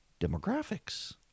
demographics